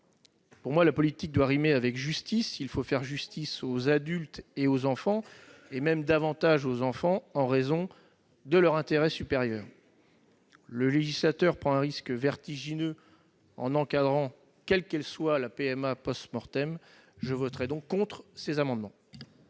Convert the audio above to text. Pour moi, politique doit rimer avec justice et il faut faire justice aux adultes et aux enfants, davantage aux enfants en raison de leur intérêt supérieur. Le législateur prendrait un risque vertigineux en encadrant de quelque manière que ce soit la PMA. Je voterai donc contre ces amendements.